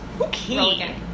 Okay